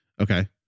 Okay